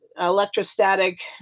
electrostatic